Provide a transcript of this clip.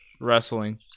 Wrestling